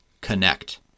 Connect